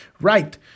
right